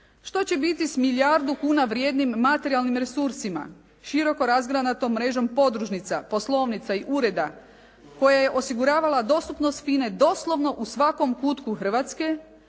Što će biti s milijardu kuna vrijednim materijalnim resursima, široko razgranatom mrežom podružnica, poslovnica i ureda koje je osiguravala dostupnost FINA-e doslovno u svakom kutku Hrvatske